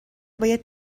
باید